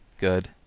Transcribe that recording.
Good